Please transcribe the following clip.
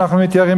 אנחנו מתייראין,